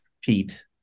Pete